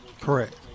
Correct